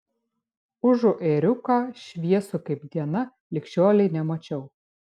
užu ėriuką šviesų kaip diena lig šiolei nemačiau